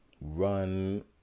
run